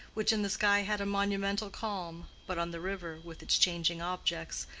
which in the sky had a monumental calm, but on the river, with its changing objects,